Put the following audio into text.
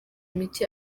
mike